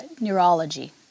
neurology